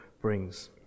brings